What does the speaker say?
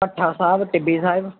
Bhatha Sahib Tibbi Sahib